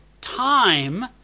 time